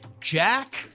Jack